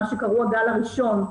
מה שקרוי הגל הראשון,